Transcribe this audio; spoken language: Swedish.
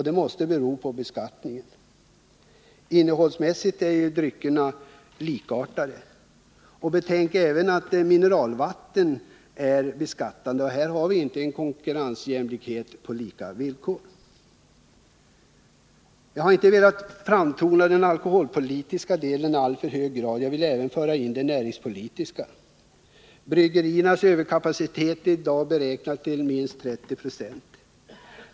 Detta måste bero på beskattningen, för innehållsmässigt är ju dryckerna likartade. Vi bör även betänka att mineralvatten beskattas. Här föreligger inte konkurrens på lika villkor. Jag har inte velat betona de alkoholpolitiska aspekterna i alltför hög grad, eftersom jag också velat föra in de näringspolitiska. Bryggeriernas överkapacitet beräknas i dag vara minst 30 26.